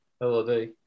LOD